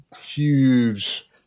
huge